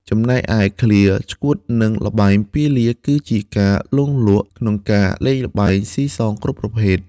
ចំណែកឯឃ្លា ឆ្កួតនិងល្បែងពាលា គឺជាការលង់លក់ក្នុងការលេងល្បែងស៊ីសងគ្រប់ប្រភេទ។